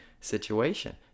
situation